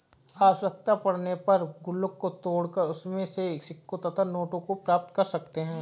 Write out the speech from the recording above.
आवश्यकता पड़ने पर गुल्लक को तोड़कर उसमें से सिक्कों तथा नोटों को प्राप्त कर सकते हैं